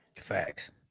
Facts